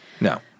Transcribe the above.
No